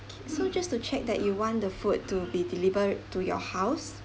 so just to check that you want the food to be delivered to your house